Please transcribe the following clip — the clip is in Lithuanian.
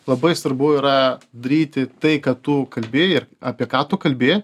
labai svarbu yra daryti tai ką tu kalbi ir apie ką tu kalbi